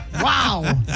Wow